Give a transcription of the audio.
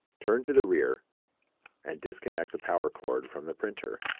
turn to the rear and disconnect the power cord from the printer,